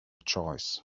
choice